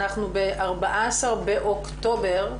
ב-14 באוקטובר,